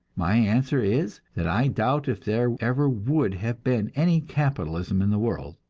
my answer is that i doubt if there ever would have been any capitalism in the world,